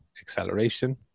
acceleration